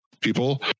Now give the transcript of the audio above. people